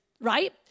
right